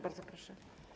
Bardzo proszę.